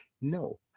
No